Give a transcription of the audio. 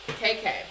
KK